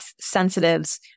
sensitives